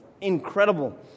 incredible